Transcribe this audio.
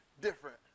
different